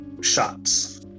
shots